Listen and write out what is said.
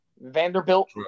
Vanderbilt